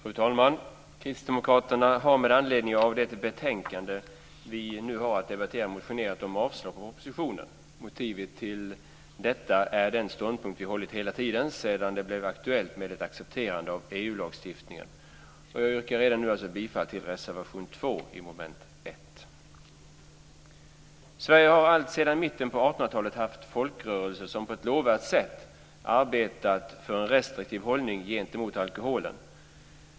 Fru talman! Kristdemokraterna har med anledning av det betänkande vi nu har att debattera motionerat om avslag på propositionen. Motivet till detta är den ståndpunkt vi haft hela tiden sedan det blev aktuellt med ett accepterande av EU-lagstiftningen. Jag yrkar redan nu bifall till reservation 2 vid mom. 1. Sverige har alltsedan mitten på 1800-talet haft folkrörelser som på ett lovvärt sätt arbetat för en restriktiv hållning gentemot alkoholen.